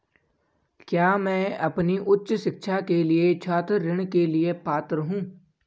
क्या मैं अपनी उच्च शिक्षा के लिए छात्र ऋण के लिए पात्र हूँ?